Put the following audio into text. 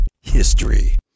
history